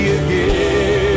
again